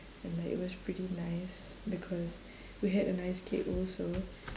and like it was pretty nice because we had a nice cake also